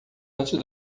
antes